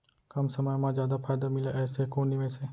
कम समय मा जादा फायदा मिलए ऐसे कोन निवेश हे?